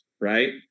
Right